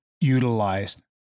utilized